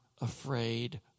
afraid